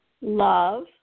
love